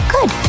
Good